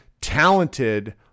talented